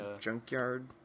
junkyard